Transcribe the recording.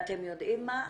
ואתם יודעים מה?